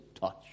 touch